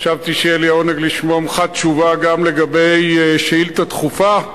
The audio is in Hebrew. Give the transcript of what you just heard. חשבתי שיהיה לי העונג לשמוע ממך תשובה גם על שאילתא דחופה,